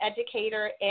educator